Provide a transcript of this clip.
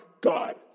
God